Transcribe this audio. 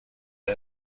the